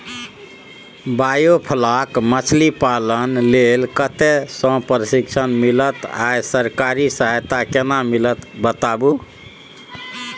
Biofloc मछलीपालन लेल कतय स प्रशिक्षण मिलत आ सरकारी सहायता केना मिलत बताबू?